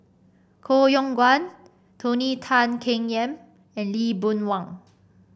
Koh Yong Guan Tony Tan Keng Yam and Lee Boon Wang